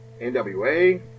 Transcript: NWA